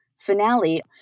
Finale